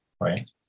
right